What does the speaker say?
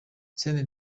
senderi